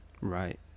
Right